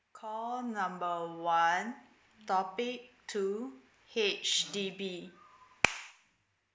call number one topic two H_D_B